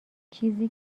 چیزی